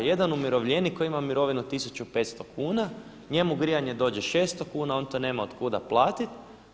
Jedan umirovljenik koji ima mirovinu 1500 kuna njemu grijanje dođe 600 kuna, on to nema od kuda platiti.